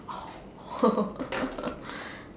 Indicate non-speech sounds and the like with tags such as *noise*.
oh *laughs*